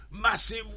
massive